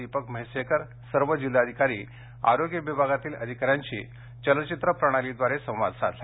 दीपक म्हैसेकर सर्व जिल्हाधिकारी आरोग्य विभागातील अधिकाऱ्यांशी चलचित्र प्रणालीद्वारे संवाद साधला